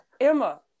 Emma